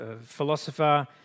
philosopher